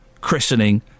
christening